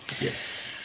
Yes